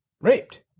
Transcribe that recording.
raped